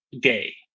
gay